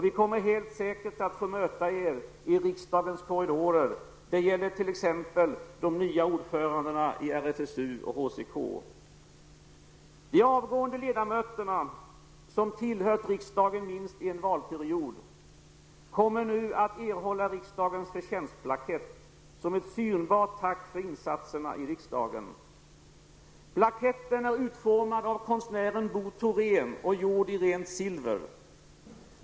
Vi kommer helt säkert att få möta er i riksdagens korridorer. Det gäller helt säkert t.ex. de nya ordförandena i RFSU och HCK. De avgående ledamöterna, som tillhört riksdagen minst en valperiod, kommer nu att erhålla riksdagens förtjänstplakett, som ett synbart tack för insatserna i riksdagen. Plaketten är utformad av konstnären Bo Thorén och gjord i rent silver.